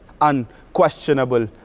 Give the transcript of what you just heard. unquestionable